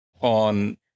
on